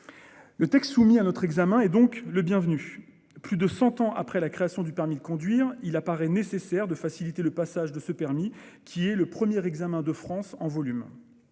Le texte soumis à notre examen est donc bienvenu. Plus de 100 ans après la création du permis de conduire, il apparaît nécessaire de faciliter le passage de ce permis, qui est le premier examen de France en volume.